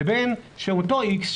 לבין שאותו x,